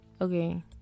Okay